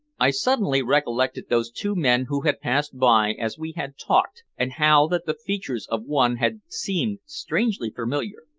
i suddenly recollected those two men who had passed by as we had talked, and how that the features of one had seemed strangely familiar.